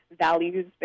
values